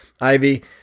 Ivy